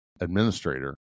administrator